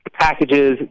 packages